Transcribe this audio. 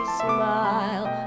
smile